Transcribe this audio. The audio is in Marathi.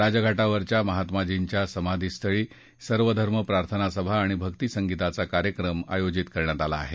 राजघाटावरच्या महात्माजींच्या समाधीस्थळी सर्वधर्म प्रार्थना सभा आणि भक्ती संगीताचा कार्यक्रम आयोजित करण्यात आला आहे